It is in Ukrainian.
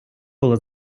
було